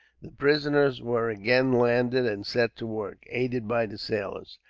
the prisoners were again landed, and set to work, aided by the sailors.